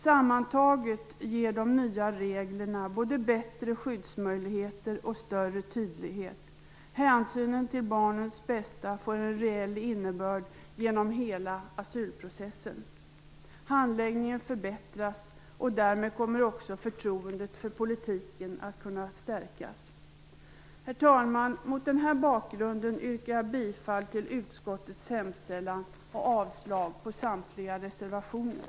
Sammantaget ger de nya reglerna både bättre skyddsmöjligheter och större tydlighet. Hänsynen till barnens bästa får en reell innebörd genom hela asylprocessen. Handläggningen förbättras. Därmed kommer också förtroendet för politiken att kunna stärkas. Herr talman! Mot denna bakgrund yrkar jag bifall till utskottets hemställan och avslag på samtliga reservationer.